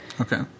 Okay